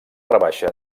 rebaixa